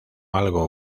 algo